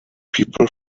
people